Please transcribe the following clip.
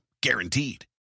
Guaranteed